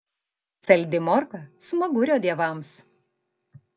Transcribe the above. saldi morka smagurio dievams